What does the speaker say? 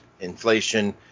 inflation